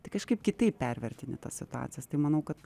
tai kažkaip kitaip pervertini tas situacijas tai manau kad